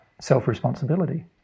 self-responsibility